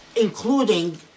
including